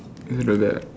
not bad lah